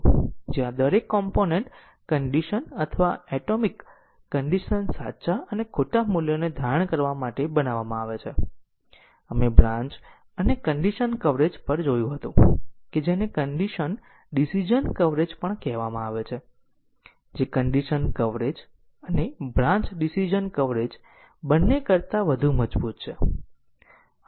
તેથી ત્રણમાંથી હંમેશા લૂપ અભિવ્યક્તિનું મૂલ્યાંકન કરવામાં આવે છે અને એકવાર લૂપ અભિવ્યક્તિનું મૂલ્યાંકન કરવામાં આવે છે પછી જો તે ખોટાનું મૂલ્યાંકન કરે છે તો ધાર અહીં 4 પર દોરવામાં આવે છે અને કંટ્રોલ ફલો ગ્રાફમાં અમે તે શરતો લખતા નથી કે જે આ મૂલ્યાંકન સાચું કરે છે અથવા આ અમે ફ્લો ચાર્ટ પર ખોટાનું મૂલ્યાંકન કરીએ છીએ પરંતુ CFG માં નહીં જ્યાં સુધી કંટ્રોલ એક નોડથી બીજામાં ટ્રાન્સફર થઈ શકે ત્યાં સુધી આપણે ધાર દોરીએ છીએ